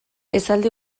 esaldi